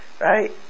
Right